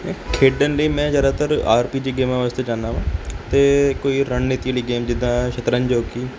ਖੇਡਣ ਲਈ ਮੈਂ ਜ਼ਿਆਦਾਤਰ ਆਰ ਪੀ ਜੀ ਗੇਮਾਂ ਵਾਸਤੇ ਜਾਂਦਾ ਹਾਂ ਅਤੇ ਕੋਈ ਰਣਨੀਤੀ ਵਾਲੀ ਗੇਮ ਜਿੱਦਾਂ ਸ਼ਤਰੰਜ ਹੋ ਗਈ